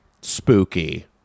Spooky